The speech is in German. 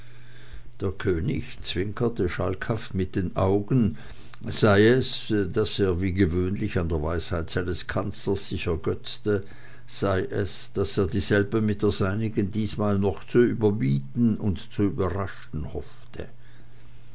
der könig zwinkerte schalkhaft mit den augen sei es daß er wie gewöhnlich an der weisheit seines kanzlers sich ergötzte sei es daß er dieselbe mit der seinigen diesmal noch zu überbieten und zu überraschen hoffte